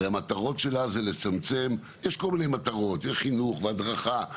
יש לה כל מיני מטרות, חינוך והדרכה.